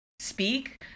speak